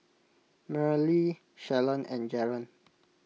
Marlie Shalon and Jaron